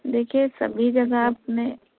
دیکھیے سبھی جگہ آپ نے